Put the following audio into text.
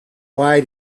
why